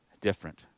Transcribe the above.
different